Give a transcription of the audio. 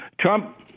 Trump